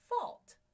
fault